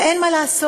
ואין מה לעשות.